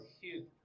huge